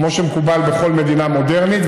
כמו שמקובל בכל מדינה מודרנית.